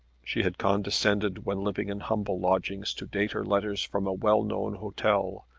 she had condescended when living in humble lodgings to date her letters from a well-known hotel,